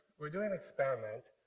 we're doing an experiment,